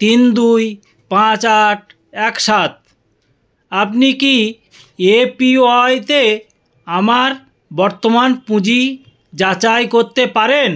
তিন দুই পাঁচ আট এক সাত আপনি কি এপিওয়াইতে আমার বর্তমান পুঁজি যাচাই করতে পারেন